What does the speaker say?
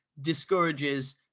discourages